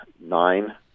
nine